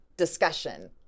discussion